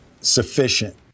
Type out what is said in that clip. sufficient